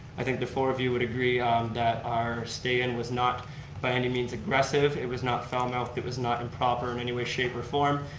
i think the four of you would agree that our stay-in was not by any means aggressive. it was not foul mouthed, it was not improper in any way, shape, or form.